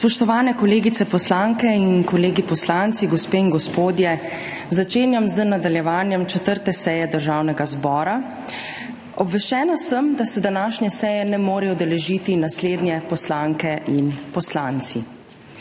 Spoštovane kolegice poslanke in kolegi poslanci, gospe in gospodje! Začenjam nadaljevanje 4. seje Državnega zbora. Obveščena sem, da se današnje seje ne morejo udeležiti naslednje poslanke in poslanci: